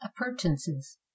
appurtenances